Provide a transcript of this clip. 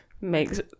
Makes